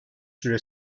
süre